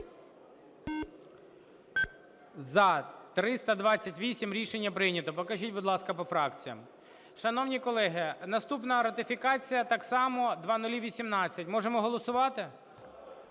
За-328 Рішення прийнято. Покажіть, будь ласка, по фракціях. Шановні колеги, наступна ратифікація так само, 0018. Можемо голосувати?